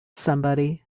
somebody